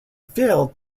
failed